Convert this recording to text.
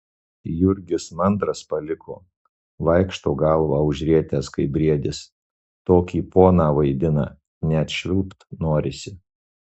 jurgis mandras paliko vaikšto galvą užrietęs kaip briedis tokį poną vaidina net švilpt norisi